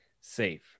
safe